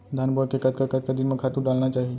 धान बोए के कतका कतका दिन म खातू डालना चाही?